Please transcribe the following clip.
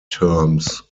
terms